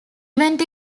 event